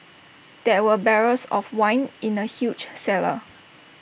there were barrels of wine in the huge cellar